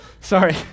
sorry